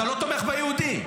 אתה לא תומך ביהודים.